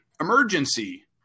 emergency